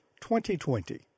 2020